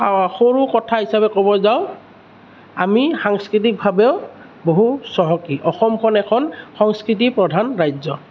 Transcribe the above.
সৰু কথা হিচাপে কব যাওঁ আমি সাংস্কৃতিকভাৱেও বহু চহকী অসমখন এখন সংস্কৃতি প্ৰধান ৰাজ্য